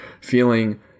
feeling